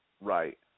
Right